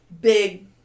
big